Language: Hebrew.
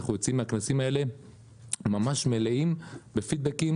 אנחנו יוצאים מהכנסים האלה ממש מלאים בפידבקים